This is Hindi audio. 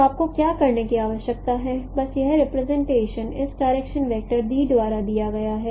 तो आपको क्या करने की आवश्यकता है बस यह रिप्रेजेंटेशन इस डायरेक्शन वेक्टर d द्वारा दी गई है